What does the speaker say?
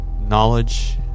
knowledge